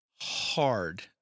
hard